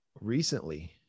recently